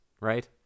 Right